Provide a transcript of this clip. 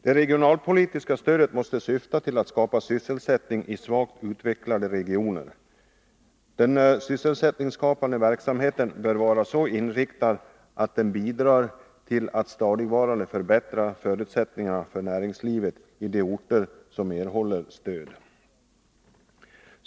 Herr talman! Det regionalpolitiska stödet måste syfta till att skapa sysselsättning i svagt utvecklade regioner. Den sysselsättningsskapande verksamheten bör vara så inriktad att den bidrar till att stadigvarande förbättra förutsättningarna för näringslivet i de orter som erhåller stöd.